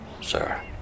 sir